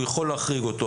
הוא יכול להחריג אותו.